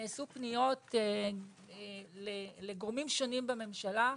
נעשו פניות לגורמים שונים בממשלה,